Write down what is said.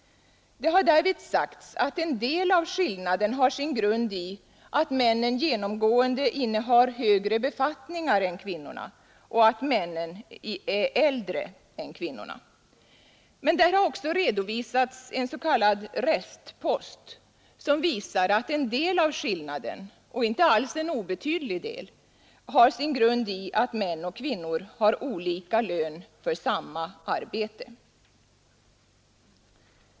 Det har därvid sagts att en del av skillnaden har sin grund i att männen genomgående innehar högre befattningar än kvinnorna och att männen är äldre än kvinnorna. Men där har också redovisats en s.k. restpost, som visar att en del av skillnaden — och inte alls en obetydlig del — har sin grund i att män och kvinnor har olika lön för samma arbete.